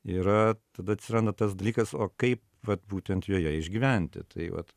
yra tada atsiranda tas dalykas o kaip vat būtent joje išgyventi tai vat